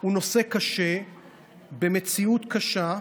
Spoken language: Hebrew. הוא נושא קשה במציאות קשה,